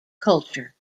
culture